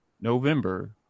November